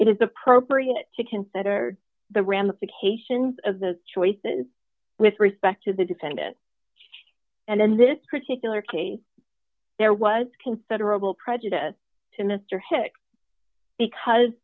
is appropriate to consider the ramifications of those choices with respect to the defendant and in this particular case there was considerable prejudice to mr hicks because